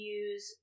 use